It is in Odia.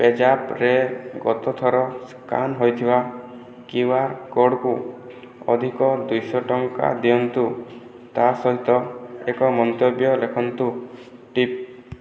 ପେଜାପ୍ରେ ଗତଥର ସ୍କାନ୍ ହୋଇଥିବା କ୍ୟୁ ଆର୍ କୋଡ଼୍କୁ ଅଧିକ ଦୁଇଶହ ଟଙ୍କା ଦିଅନ୍ତୁ ତା'ସହିତ ଏକ ମନ୍ତବ୍ୟ ଲେଖନ୍ତୁ ଟିପ୍